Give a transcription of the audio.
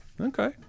Okay